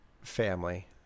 family